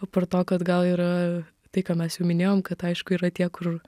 apart to kad gal yra tai ką mes jau minėjom kad aišku yra tie kur